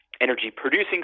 energy-producing